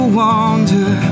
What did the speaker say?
wander